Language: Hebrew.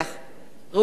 ראובן ריבלין,